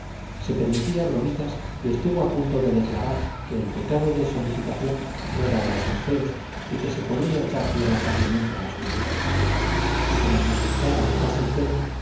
se permitía bromitas y estuvo a punto de declarar que el pecado de solicitación no era de los más feos y que se podría echar tierra fácilmente al asunto y como el magistral arrugase el ceño